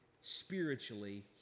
spiritually